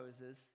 Moses